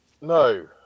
no